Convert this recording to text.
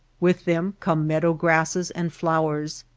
with them come meadow-grasses and flowers,